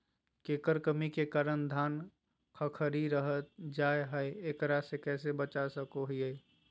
केकर कमी के कारण धान खखड़ी रहतई जा है, एकरा से कैसे बचा सको हियय?